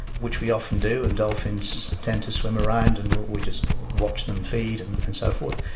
which we often do, and dolphins tend to swim around and we just watch them feed and and so forth.